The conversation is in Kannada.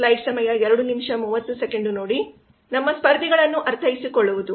ನಮ್ಮ ಸ್ಪರ್ಧಿಗಳನ್ನು ಅರ್ಥೈಸಿಕೊಳ್ಳುವುದು